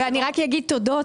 רק אגיד תודות,